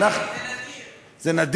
אבל זה נדיר, זה נדיר.